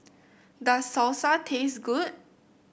does Salsa taste good